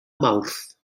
mawrth